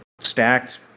stacked